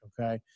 okay